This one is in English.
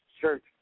church